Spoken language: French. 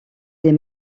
des